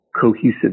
cohesive